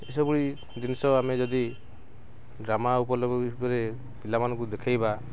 ଏସବୁ ଜିନିଷ ଆମେ ଯଦି ଡ୍ରାମା ପିଲାମାନଙ୍କୁ ଦେଖାଇବା